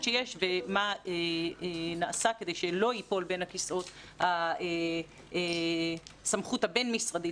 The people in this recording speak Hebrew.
שיש ומה נעשה כדי שלא תיפול בין הכיסאות הסמכות הבין משרדית